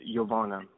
Yovana